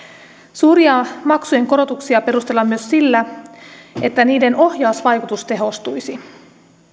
suuria maksujen korotuksia perustellaan myös sillä että niiden ohjausvaikutus tehostuisi